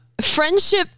friendship